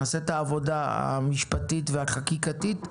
נעשה את העבודה המשפטית והחקיקתית,